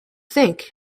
think